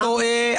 אתה טועה.